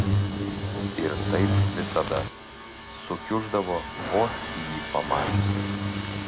ir taip visada sukiuždavo vos jį pamačiusi